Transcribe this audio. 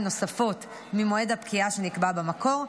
נוספות ממועד הפקיעה שנקבע במקור,